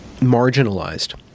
marginalized